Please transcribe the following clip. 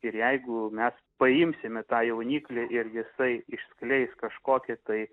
ir jeigu mes paimsime tą jauniklį ir jisai išskleis kažkokį tai